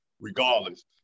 regardless